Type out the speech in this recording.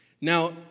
Now